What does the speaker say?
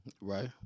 right